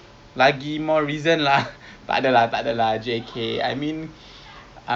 they don't say lah they don't say illegal they don't say it's legal but then they will say if anything happens to you then